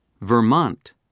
Vermont